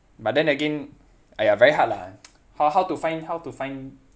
but then again !aiya! very hard lah how how to find how to find